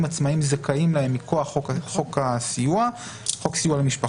עצמאיים זכאים להם מכוח חוק הסיוע למשפחות,